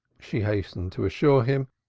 she hastened to assure him,